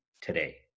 today